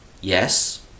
Yes